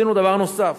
עשינו דבר נוסף.